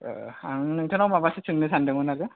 आं नोंथांनाव माबासो सोंनो सान्दोंमोन आरो